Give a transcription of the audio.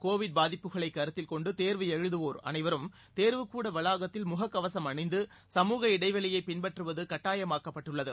Covid பாதிப்புகளை கருத்தில் கொண்டு தேர்வு எழுதுவோர் அனைவரும் தேர்வுக்கூட வளாகத்தில் முகக்கவசம் அணிந்து சமூக இடைவெளியைப் பின்பற்றுவது கட்டாயமாக்கப்பட்டுள்ளது